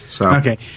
Okay